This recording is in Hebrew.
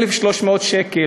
1,300 שקל,